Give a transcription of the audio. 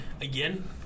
again